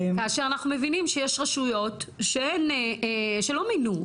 אנחנו מבינים שיש רשויות שלא מינו,